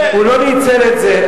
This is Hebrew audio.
הוא לא ניצל את זה,